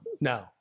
No